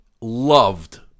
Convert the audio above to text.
loved